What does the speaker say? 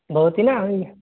भवति न